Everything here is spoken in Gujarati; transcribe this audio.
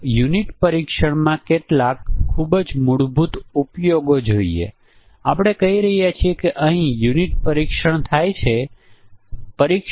જો આપણે ઇનપુટ મૂલ્યોના કેટલાક t સંયોજનોને કારણે પ્રોગ્રામમાં ખામી હોય તો તેને ટી વે ઇન્ટરેક્શન ખામી કહીએ છીએ